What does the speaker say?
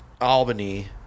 Albany